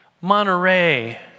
Monterey